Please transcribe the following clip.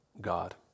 God